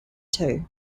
two